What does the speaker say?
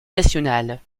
national